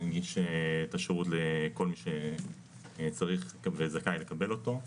להנגיש את שירות לכל מי שצריך וזכאי לקבל אותו.